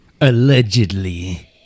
Allegedly